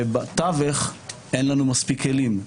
ובתווך אין לנו מספיק כלים.